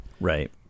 right